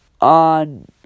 on